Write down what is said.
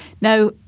Now